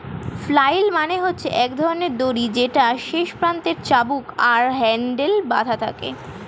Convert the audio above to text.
flail মানে হচ্ছে এক ধরণের দড়ি যেটার শেষ প্রান্তে চাবুক আর হ্যান্ডেল বাধা থাকে